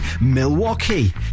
Milwaukee